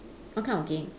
what kind of game